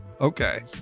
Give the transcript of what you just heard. Okay